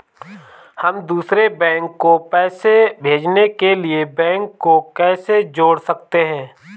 हम दूसरे बैंक को पैसे भेजने के लिए बैंक को कैसे जोड़ सकते हैं?